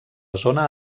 zona